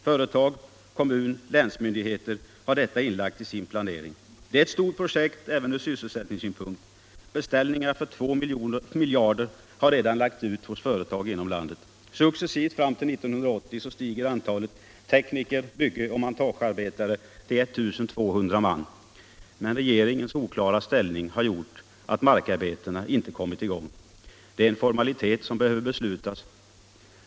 Företag, kommun och 'länsmyndigheter har detta inlagt i sin planering. Det är ett stort projekt även ur sysselsättningssynpunkt. Beställningar för 2 miljarder har redan lagts ut hos företag inom landet. Successivt fram till 1980 stiger antalet tekniker samt byggoch montagearbetare till I 200 man. Men regeringens oklara ställning har gjort att markarbetena ej kommit Ällmänpolitisk debatt Allmänpolitisk debatt i gång. Det är en formalitet som först behöver klaras av.